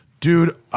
Dude